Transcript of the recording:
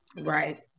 Right